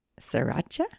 sriracha